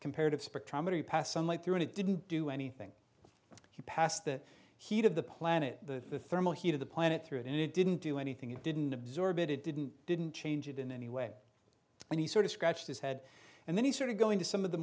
comparative spectrometer you pass sunlight through and it didn't do anything he passed the heat of the planet the thermal heat of the planet through it it didn't do anything it didn't absorb it it didn't didn't change it in any way and he sort of scratched his head and then he started going to some of the